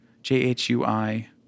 J-H-U-I